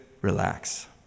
relax